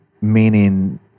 meaning